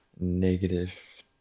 negative